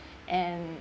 and